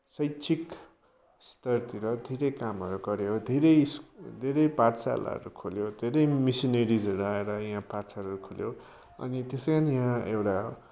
शैक्षिक स्तरतिर धेरै कामहरू गऱ्यो धेरै स्कुल धेरै पाठशालाहरू खोल्यो धेरै मिशनरीसहरू आएर यहाँ पाठशालाहरू खोल्यो अनि त्यसैकारण यहाँ एउटा